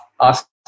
ask